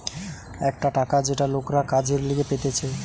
একটা টাকা যেটা লোকরা কাজের লিগে পেতেছে